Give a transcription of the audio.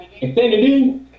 Infinity